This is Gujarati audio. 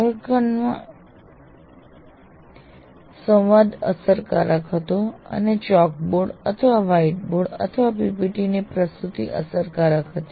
વર્ગખંડમાં સંવાદ અસરકારક હતો અને ચોક બોર્ડ અથવા વ્હાઇટબોર્ડ અથવા PPT ની પ્રસ્તુતિ અસરકારક હતી